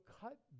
cut